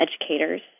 educators